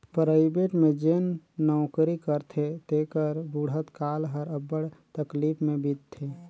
private में जेन नउकरी करथे तेकर बुढ़त काल हर अब्बड़ तकलीफ में बीतथे